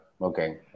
Okay